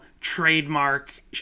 trademark